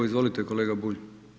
Izvolite kolega Bulj.